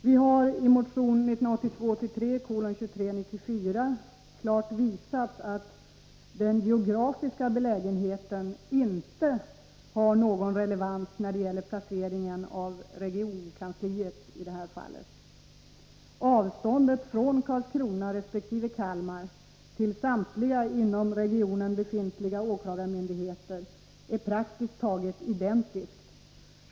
Vi har i motion 1982/83:2394 klart visat att den geografiska belägenheten inte har någon relevans när det gäller placeringen av regionkansliet i det här fallet. Avståndet från Karlskrona och Kalmar till samtliga inom regionen befintliga åklagarmyndigheter är praktiskt taget identiskt.